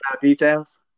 details